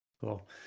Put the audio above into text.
Cool